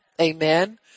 Amen